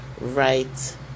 right